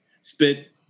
spit